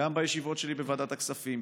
גם בישיבות שלי בוועדת הכספים,